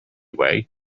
way